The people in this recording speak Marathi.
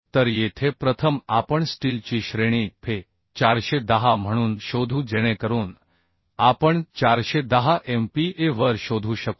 तर येथे प्रथम आपण स्टीलची श्रेणी Fe410 म्हणून शोधू जेणेकरून आपण 410 MPaवर शोधू शकू